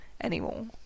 anymore